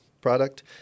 product